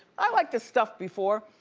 i like the stuff before.